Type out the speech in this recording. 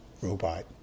robot